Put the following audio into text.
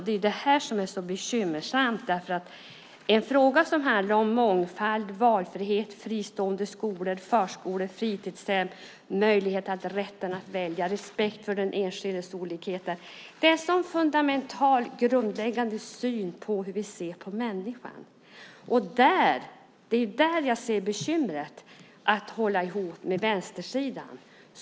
Det är det som är så bekymmersamt. En fråga som handlar om mångfald, valfrihet, fristående skolor, förskolor, fritidshem, rätten att välja och respekt för den enskildes olikheter gäller en så fundamental grundläggande syn på hur vi ser på människan. Det är där jag ser bekymret att hålla ihop med vänstersidan.